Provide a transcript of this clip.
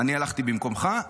אני הלכתי במקומך,